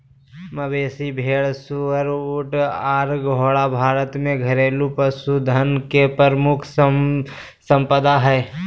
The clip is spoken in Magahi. मवेशी, भेड़, सुअर, ऊँट आर घोड़ा भारत में घरेलू पशुधन के प्रमुख संपदा हय